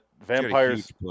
vampires